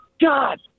God